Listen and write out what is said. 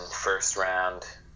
first-round